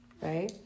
right